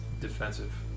defensive